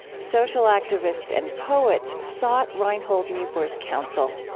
social activists, and poets sought reinhold niebuhr's counsel.